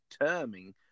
terming